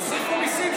תוסיפו מיסים,